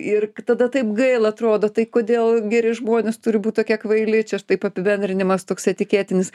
ir tada taip gaila atrodo tai kodėl geri žmonės turi būt tokie kvaili čia aš taip apibendrinimas toks etiketinis